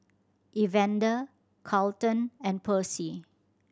Evander Carleton and Percy